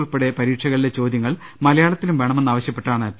ഉൾപെടെ പരീക്ഷകളിലെ ചോദ്യങ്ങൾ മല യാളത്തിലും വേണമെന്ന് ആവശൃപ്പെട്ടാണ് പി